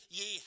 ye